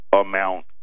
amount